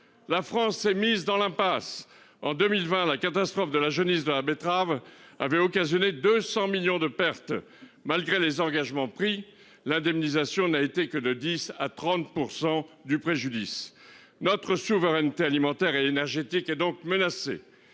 La France s'est mise dans l'impasse. En 2020, la catastrophe de la jaunisse de la betterave avait occasionné 200 millions de pertes. Malgré les engagements pris, l'indemnisation n'a été que de 10 à 30% du préjudice notre souveraineté alimentaire et énergétique et donc menacé,